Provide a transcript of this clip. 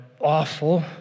awful